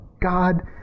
God